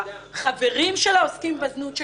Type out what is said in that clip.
חברים של העוסקים בזנות שהם,